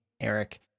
Eric